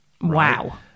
Wow